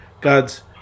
God's